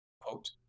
quote